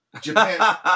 Japan